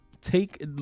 take